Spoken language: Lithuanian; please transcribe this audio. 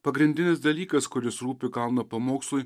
pagrindinis dalykas kuris rūpi kalno pamokslui